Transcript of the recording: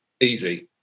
easy